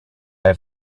have